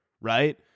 Right